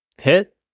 hit